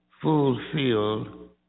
fulfilled